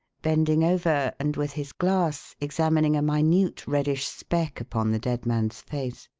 bending over and, with his glass, examining a minute reddish speck upon the dead man's face.